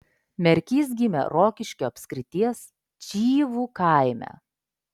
merkys gimė rokiškio apskrities čivų kaime